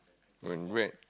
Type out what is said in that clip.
and where